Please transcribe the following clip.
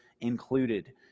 included